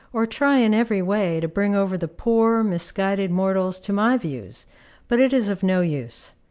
or try in every way to bring over the poor, misguided mortals to my views but it is of no use.